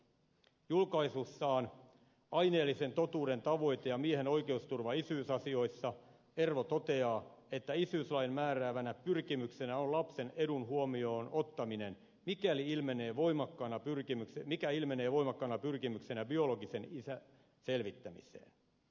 julkaisussaan aineellisen totuuden tavoite ja miehen oikeusturva isyysasioissa ervo toteaa että isyyslain määräävänä pyrkimyksenä on lapsen edun huomioon ottaminen mikä ilmenee voimakkaana pyrkimyksenä biologisen isän selvittämiseen